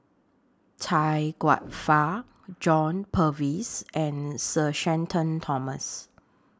Chia Kwek Fah John Purvis and Sir Shenton Thomas